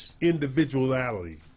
individuality